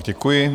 Děkuji.